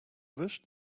wish